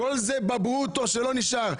כול זה בברוטו אז מה נשאר?